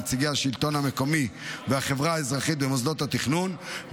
נציגי השלטון המקומי והחברה האזרחית במוסדות התכנון,